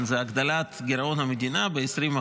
זו הגדלת גירעון המדינה ב-20%.